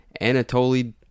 Anatoly